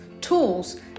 tools